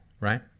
right